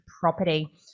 property